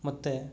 ಮತ್ತು